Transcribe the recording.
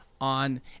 on